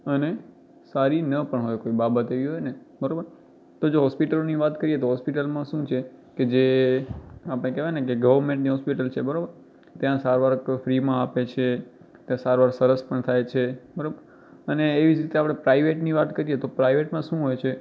અને સારી ના પણ હોય કોઈ બાબત એવી હોય ને બરાબર તો જો હોસ્પિટલની વાત કરીએ તો હૉસ્પિટલમાં શું છે કે જે આપણે કહેવાય ને કે ગવર્મેન્ટની હૉસ્પિટલ છે બરોબર ત્યાં સારવાર તો ફ્રીમાં આપે છે ત્યાં સારવાર સરસ પણ થાય છે બરાબર અને એવી જ રીતે આપણે પ્રાઇવેટની વાત કરીએ તો પ્રાઇવેટમાં શું હોય છે